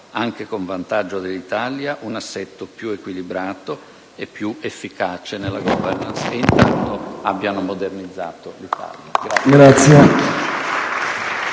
anche con vantaggio per l'Italia, un assetto più equilibrato e più efficace nella *governance*, e intanto avranno modernizzato il Paese.